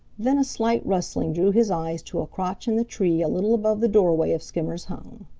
then a slight rustling drew his eyes to a crotch in the tree a little above the doorway of skimmer's home.